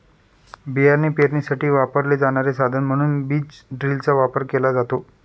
बियाणे पेरणीसाठी वापरले जाणारे साधन म्हणून बीज ड्रिलचा वापर केला जातो